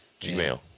Gmail